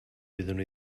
wyddwn